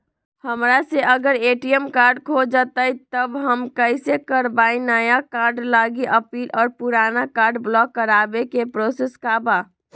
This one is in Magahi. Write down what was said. हमरा से अगर ए.टी.एम कार्ड खो जतई तब हम कईसे करवाई नया कार्ड लागी अपील और पुराना कार्ड ब्लॉक करावे के प्रोसेस का बा?